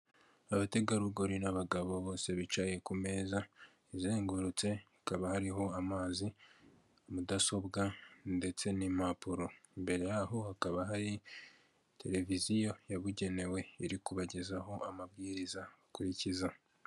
Abategarugori n'abagabo bose bicaye ku meza izengurutse hakaba hariho amazi, mudasobwa ndetse n'impapuro. Imbere yaho hakaba hari televiziyo yabugenewe iri kubagezaho amabwiriza akurikiza.